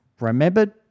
remembered